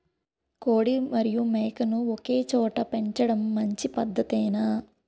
కోడి మరియు మేక ను ఒకేచోట పెంచడం మంచి పద్ధతేనా?